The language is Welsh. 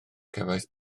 cefais